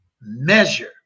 measure